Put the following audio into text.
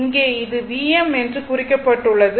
இங்கே அது Vm என்று குறிக்கப்பட்டுள்ளது